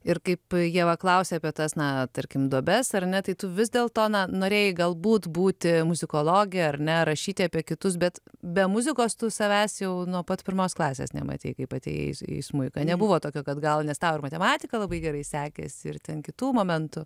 ir kaip ieva klausė apie tas na tarkim duobes ar ne tai tu vis dėl to norėjai galbūt būti muzikologe ar ne rašyti apie kitus bet be muzikos tu savęs jau nuo pat pirmos klasės nematei kaip atėjai į smuiką nebuvo tokio kad gal nes tau ir matematika labai gerai sekėsi ir kitų momentų